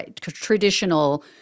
traditional